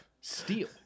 steel